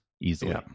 easily